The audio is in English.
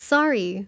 Sorry